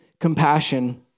compassion